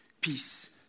peace